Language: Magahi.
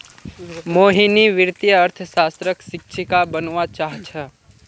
मोहिनी वित्तीय अर्थशास्त्रक शिक्षिका बनव्वा चाह छ